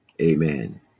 Amen